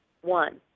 One